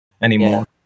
anymore